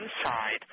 inside